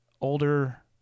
older